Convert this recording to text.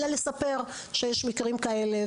אלא לספר שיש מקרים כאלה.